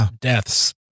deaths